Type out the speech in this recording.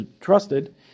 trusted